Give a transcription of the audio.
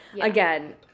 Again